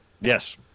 Yes